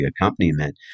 accompaniment